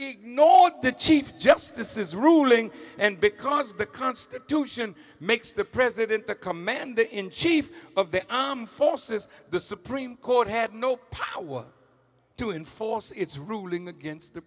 ignored the chief justices ruling and because the constitution makes the president the commander in chief of the aam forces the supreme court had no power to enforce its ruling against the